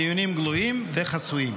בדיונים גלויים וחסויים.